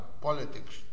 politics